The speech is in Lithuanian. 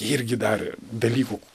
irgi darė dalykų